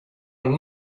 and